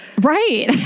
Right